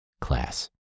class